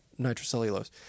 nitrocellulose